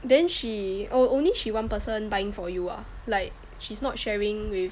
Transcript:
then she oh only she one person buying for you ah like she's not sharing with